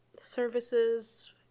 services